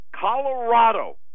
Colorado